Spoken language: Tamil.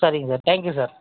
சரிங்க சார் தேங்க் யூ சார்